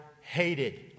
hated